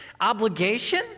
obligation